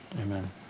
amen